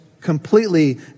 completely